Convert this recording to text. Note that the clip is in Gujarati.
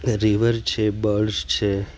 રિવર છે બર્ડ્સ છે